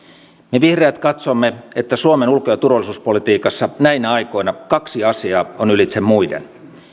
me vihreät katsomme että suomen ulko ja turvallisuuspolitiikassa näinä aikoina kaksi asiaa on ylitse muiden